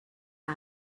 and